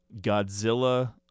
Godzilla